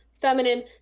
feminine